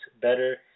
Better